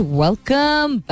welcome